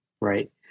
right